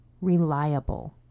reliable